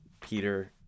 Peter